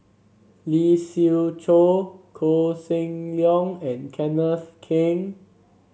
Lee Siew Choh Koh Seng Leong and Kenneth Keng